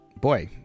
boy